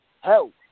help